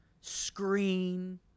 screen